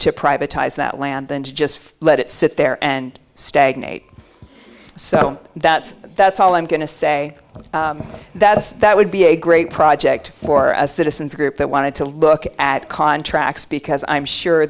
to privatized that land than to just let it sit there and stagnate so that's that's all i'm going to say that that would be a great project for a citizens group that wanted to look at contracts because i'm sure